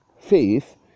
Faith